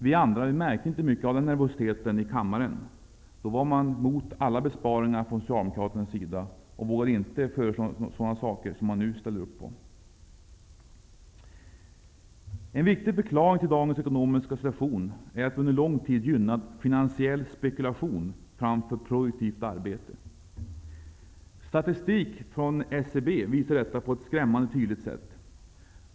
Vi andra märkte inte mycket av den nervositeten i kammaren. Då var Socialdemokraterna emot alla besparingar och vågade inte föreslå sådana saker som man nu ställer upp på. En viktig förklaring till dagens ekonomiska situation är att vi under lång tid gynnat finansiell spekulation framför produktivt arbete. Statistik från SCB visar detta på ett skrämmande tydligt sätt.